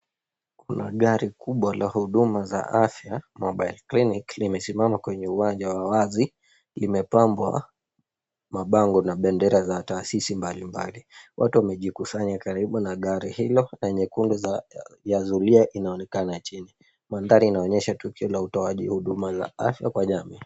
Kuna gari kubwa la huduma za afya mobile clinic limesimama kwenye uwanja wa wazi limepambwa mabango na bendera za taasisi mbalimbali. Watu wamejikusanya karibu na gari hilo na nyekundu ya zulia inaonekana chini. Mandhari inaonyesha tukio la utoaji wa huduma za afya kwa jamii.